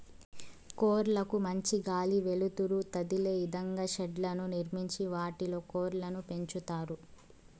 కోళ్ళ కు మంచి గాలి, వెలుతురు తదిలే ఇదంగా షెడ్లను నిర్మించి వాటిలో కోళ్ళను పెంచుతారు